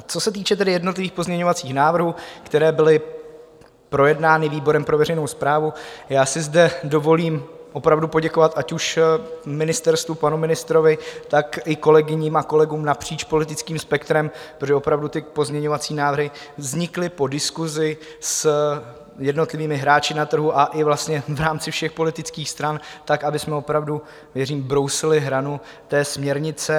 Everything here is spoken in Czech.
Co se týče jednotlivých pozměňovacích návrhů, které byly projednány výborem pro veřejnou správu, já si zde dovolím opravdu poděkovat ať už ministerstvu, panu ministrovi, tak i kolegyním a kolegům napříč politickým spektrem, protože opravdu ty pozměňovací návrhy vznikly po diskusi s jednotlivými hráči na trhu a i vlastně v rámci všech politických stran tak, abychom opravdu věřím obrousili hranu té směrnice.